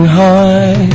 high